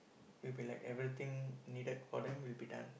will be like everything needed for them will be done